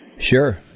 Sure